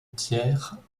thiers